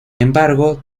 embargo